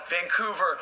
Vancouver